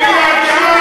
הביע את דעתו,